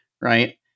right